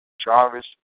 Jarvis